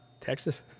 Texas